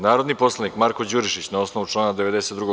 Narodni poslanik Marko Đurišić, na osnovu člana 92.